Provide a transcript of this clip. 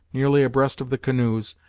nearly abreast of the canoes,